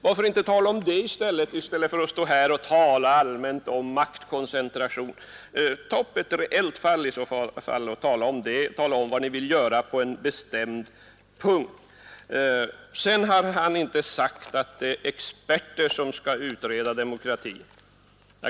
Varför inte tala om det i stället för att stå här och tala allmänt om maktkoncentration? Ta upp ett reellt fall i stället och tala om det. Förklara vad ni vill göra på en bestämd punkt! Vidare förklarade herr Sjönell att han inte hade sagt att det är experter som skall utreda demokratin.